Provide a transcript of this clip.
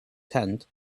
tent